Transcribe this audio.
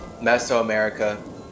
Mesoamerica